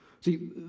See